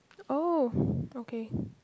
oh okay